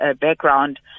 background